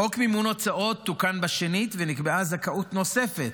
חוק מימון הוצאות תוקן בשנית ונקבעה זכאות נוספת